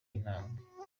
intambwe